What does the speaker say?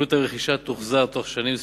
עלות הרכישה תוחזר תוך שנים ספורות,